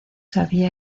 había